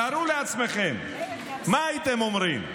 תארו לעצמכם, מה הייתם אומרים?